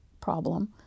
problem